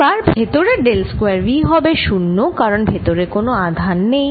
এবার ভেতরে del square V হবে 0 কারণ ভেতরে কোন আধান নেই